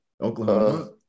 Oklahoma